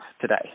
today